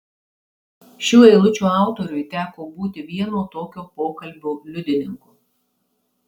šių eilučių autoriui teko būti vieno tokio pokalbio liudininku